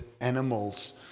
animals